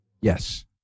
Yes